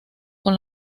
con